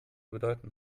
bedeuten